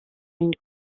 une